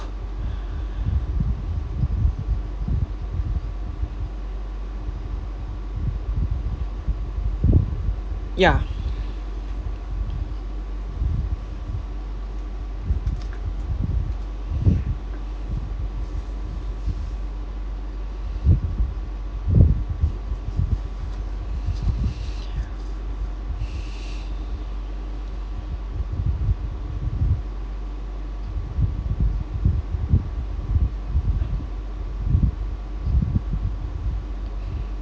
ya